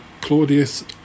Claudius